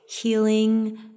Healing